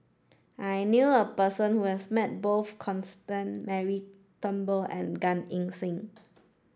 I knew a person who has met both Constance Mary Turnbull and Gan Eng Seng